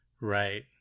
right